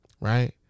Right